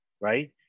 right